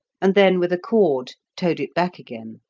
and then, with a cord towed it back again.